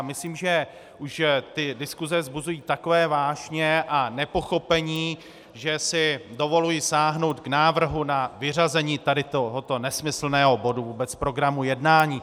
Myslím, že diskuse vzbuzují takové vášně a nepochopení, že si dovoluji sáhnout k návrhu na vyřazení tohoto nesmyslného bodu vůbec z programu jednání.